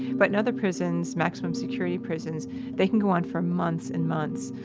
but in other prisons maximum security prisons they can go on for months and months,